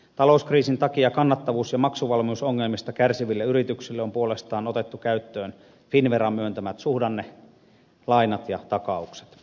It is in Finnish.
talouskriisin takia kannattavuus ja maksuvalmiusongelmista kärsiville yrityksille on puolestaan otettu käyttöön finnveran myöntämät suhdannelainat ja takaukset